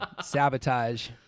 sabotage